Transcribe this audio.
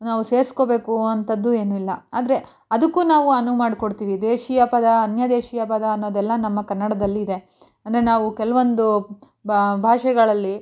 ನಾವು ಸೇರ್ಸ್ಕೊಳ್ಬೇಕು ಅಂಥದ್ದು ಏನೂ ಇಲ್ಲ ಆದರೆ ಅದಕ್ಕೂ ನಾವು ಅನುವು ಮಾಡಿಕೊಡ್ತೀವಿ ದೇಶೀಯ ಪದ ಅನ್ಯದೇಶೀಯ ಪದ ಅನ್ನೋದೆಲ್ಲ ನಮ್ಮ ಕನ್ನಡದಲ್ಲಿ ಇದೆ ಅಂದರೆ ನಾವು ಕೆಲವೊಂದು ಭಾಷೆಗಳಲ್ಲಿ